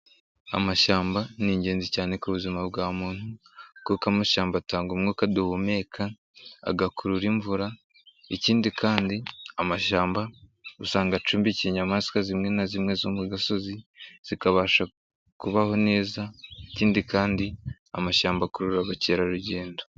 Amashyamba ni ingenzi cyane ku buzima bwa muntu kuko amashyamba atanga umwuka duhumeka, agakurura imvura, ikindi kandi amashyamba usanga acumbikiye inyamaswa zimwe na zimwe zo mu gasozi zikabasha kubaho neza, ikindi kandi amashyamba akurura abakerarugendo.